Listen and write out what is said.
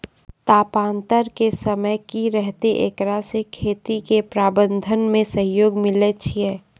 तापान्तर के समय की रहतै एकरा से खेती के प्रबंधन मे सहयोग मिलैय छैय?